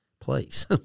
please